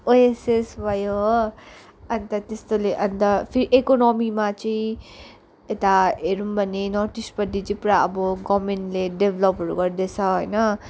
OSS भयो हो अन्त त्यस्तोले अन्त फेरि इकोनोमीमा चाहिँ यता हेरौँ भने नर्थइस्टपट्टि चाहिँ पुरा अब गभर्मेन्टले डेभ्लपहरू गर्दैछ होइन